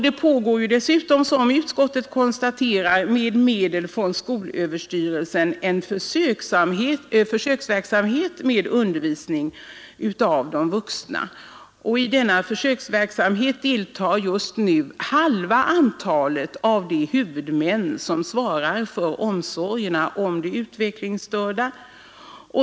Det pågår dessutom, som utskottet konstaterar, med medel från skolöverstyrelsen en försöksverksamhet med undervisning av de vuxna. I denna försöksverksamhet deltar just nu halva antalet av de huvudmän som svarar för omsorgerna om de utvecklingsstörda.